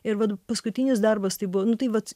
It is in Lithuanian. ir vat paskutinis darbas tai buvo nu tai vat